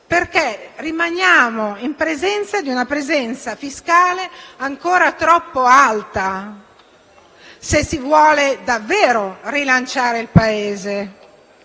perché rimaniamo in presenza di una pressione fiscale ancora troppo alta, se si vuole davvero rilanciare il Paese.